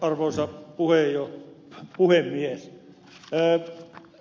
arvoisa puhemies